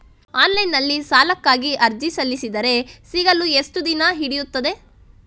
Online ನಲ್ಲಿ ಸಾಲಕ್ಕಾಗಿ ಅರ್ಜಿ ಸಲ್ಲಿಸಿದರೆ ಸಿಗಲು ಎಷ್ಟು ದಿನ ಹಿಡಿಯುತ್ತದೆ?